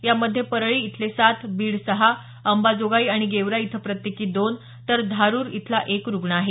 यामध्ये परळी इथले सात बीड सहा अंबाजोगाई आणि गेवराई इथं प्रत्येकी दोन तर धारुरु इथला एक रुग्ण आहे